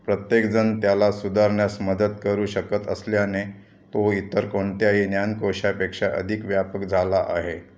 प्रत्येकजण त्याला सुधारण्यास मदत करू शकत असल्याने तो इतर कोणत्याही ज्ञानकोशापेक्षा अधिक व्यापक झाला आहे